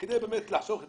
כדי באמת לחסוך את